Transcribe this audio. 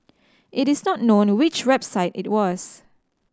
it is not known which website it was